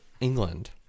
England